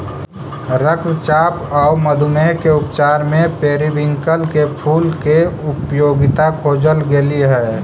रक्तचाप आउ मधुमेह के उपचार में पेरीविंकल के फूल के उपयोगिता खोजल गेली हे